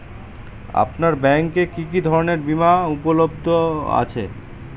আপনার ব্যাঙ্ক এ কি কি ধরনের বিমা উপলব্ধ আছে?